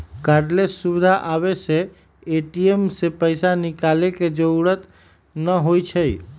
cardless सुविधा आबे से ए.टी.एम से पैसा निकाले के जरूरत न होई छई